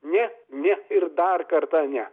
ne ne ir dar kartą ne